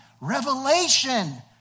revelation